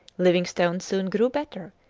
livingstone soon grew better,